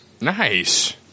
Nice